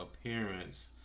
appearance